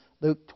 Luke